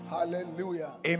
Hallelujah